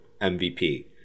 MVP